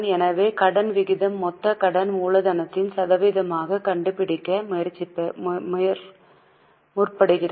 எனவே கடன் விகிதம் மொத்த கடன் மூலதனத்தின் சதவீதமாக கண்டுபிடிக்க முற்படுகிறது